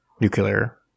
nuclear